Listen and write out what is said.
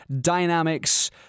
dynamics